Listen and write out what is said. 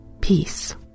Peace